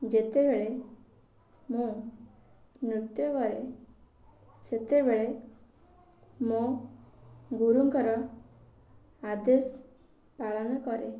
ଯେତେବେଳେ ମୁଁ ନୃତ୍ୟ କରେ ସେତେବେଳେ ମୁଁ ଗୁରୁଙ୍କର ଆଦେଶ ପାଳନ କରେ